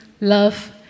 love